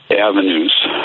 avenues